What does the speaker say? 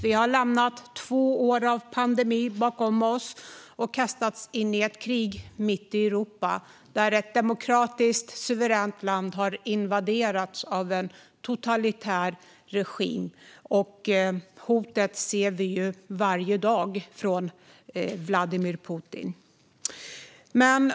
Vi har lämnat två år av pandemi bakom oss och kastats in i ett krig mitt i Europa där ett demokratiskt, suveränt land har invaderats av en totalitär regim. Vi ser varje dag hotet från Vladimir Putin.